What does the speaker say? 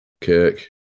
Kirk